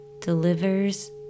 delivers